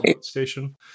Station